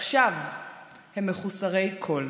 ועכשיו הם מחוסרי כול.